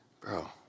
bro